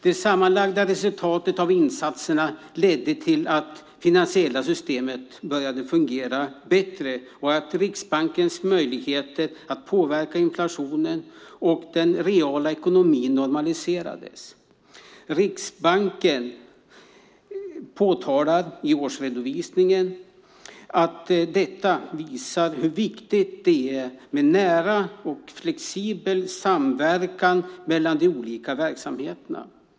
Det sammanlagda resultatet av insatserna ledde till att det finansiella systemet började fungera bättre och att Riksbankens möjligheter att påverka inflationen och den reala ekonomin normaliserades. Riksbanken påtalar i årsredovisningen att detta visar hur viktigt det är med en nära och flexibel samverkan mellan de olika verksamheterna.